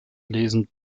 lesen